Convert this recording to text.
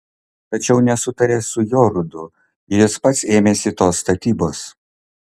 tačiau nesutarė su jorudu ir jis pats ėmėsi tos statybos